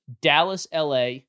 Dallas-LA